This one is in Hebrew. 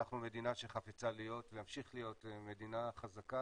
אנחנו מדינה שחפצה להיות ולהמשיך להיות מדינה חזקה